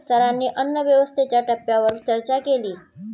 सरांनी अन्नव्यवस्थेच्या टप्प्यांवर चर्चा केली